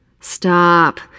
Stop